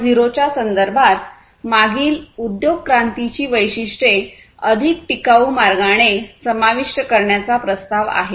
0 च्या संदर्भात मागील उद्योग क्रांतीची वैशिष्ट्ये अधिक टिकाऊ मार्गाने समाविष्ट करण्याचा प्रस्ताव आहे